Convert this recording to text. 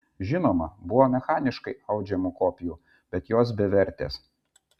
žinoma buvo mechaniškai audžiamų kopijų bet jos bevertės